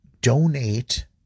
donate